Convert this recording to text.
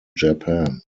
japan